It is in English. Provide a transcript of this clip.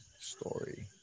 story